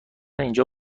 اینجا